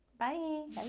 Bye